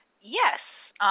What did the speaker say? yes